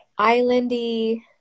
islandy